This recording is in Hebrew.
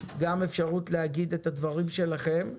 גם אפשרות להגיד את הדברים שלכם.